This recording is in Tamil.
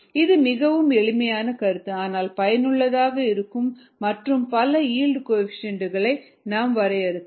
இது மிகவும் எளிமையான கருத்து ஆனால் பயனுள்ளதாக இருக்கும் மற்றும் பல ஈல்டு கோஎஃபீஷியேன்ட் களை நாம்வரையறுக்கலாம்